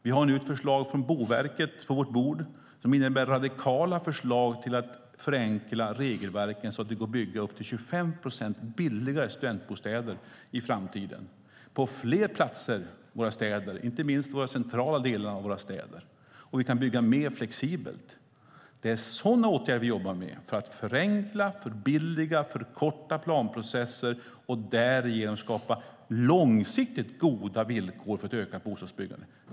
Vi har nu ett förslag från Boverket på vårt bord som innebär radikala förslag till att förenkla regelverken så att det går att bygga upp till 25 procent billigare studentbostäder i framtiden på fler platser i våra städer, inte minst i centrala delar av våra städer. Och vi kan bygga mer flexibelt. Det är sådana åtgärder vi jobbar med för att förenkla, förbilliga och förkorta planprocesser och därigenom skapa långsiktigt goda villkor för ett ökat bostadsbyggande.